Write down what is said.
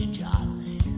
jolly